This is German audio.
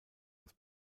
aus